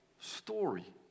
story